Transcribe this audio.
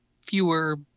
fewer